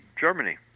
Germany